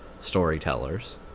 storytellers